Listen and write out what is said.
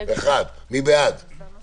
הסתייגות מס' 6. מי בעד ההסתייגות?